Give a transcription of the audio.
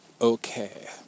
Okay